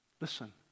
Listen